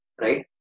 Right